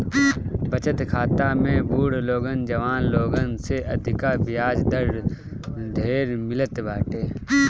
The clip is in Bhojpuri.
बचत खाता में बुढ़ लोगन जवान लोगन से अधिका बियाज दर ढेर मिलत बाटे